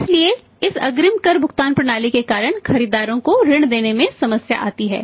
इसलिए इस अग्रिम कर भुगतान प्रणाली के कारण खरीदारों को ऋण देने में समस्या आती है